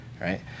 Right